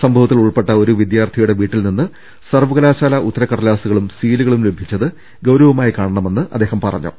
സംഭവത്തിൽ ഉൾപ്പെട്ട ഒരു വിദ്യാർത്ഥിയുടെ വീട്ടിൽ നിന്ന് സർവകലാശാല ഉത്ത രകടലാസുകളും സീലുകളും ലഭിച്ചത് ഗൌരവമായി കാണണമെന്നും അദ്ദേഹം പറഞ്ഞു